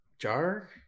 jar